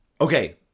Okay